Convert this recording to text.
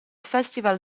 festival